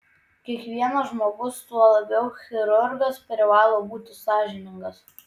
kiekvienas žmogus tuo labiau chirurgas privalo būti sąžiningas